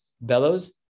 Bellows